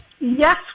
Yes